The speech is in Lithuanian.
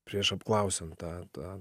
prieš apklausiant tą tą